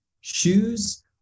shoes